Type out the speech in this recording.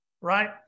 right